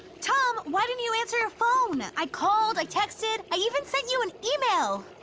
tom, why didn't you answer your phone? ah i called, i texted, i even sent you an email.